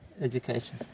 education